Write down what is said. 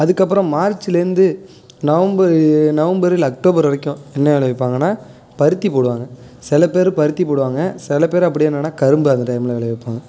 அதுக்கப்புறம் மார்ச்சுலேருந்து நவம்பர் நவம்பர் இல்லை அக்டோபர் வரைக்கும் என்ன விளைவிப்பாங்கன்னா பருத்தி போடுவாங்க சில பே பருத்தி போடுவாங்க சில பேர் அப்படி என்னன்னால் கரும்பு அந்த டைமில் விளைவிப்பாங்க